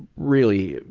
really,